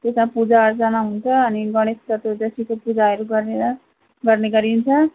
त्यता पूजा अर्चना हुन्छ अनि गणेश चतुर्दशीको पूजाहरू गरेर गर्ने गरिन्छ